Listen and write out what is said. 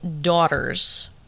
daughters